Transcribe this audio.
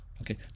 okay